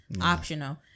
optional